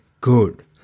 good